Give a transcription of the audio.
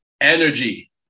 Energy